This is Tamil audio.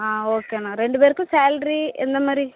ஆ ஓகேண்ணா ரெண்டு பேருக்கும் சேல்ரி எந்தமாரி